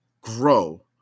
grow